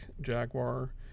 jaguar